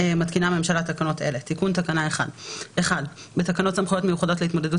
מתקינה הממשלה תקנות אלה: תיקון תקנה 1 בתקנות סמכויות מיוחדות להתמודדות